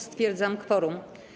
Stwierdzam kworum.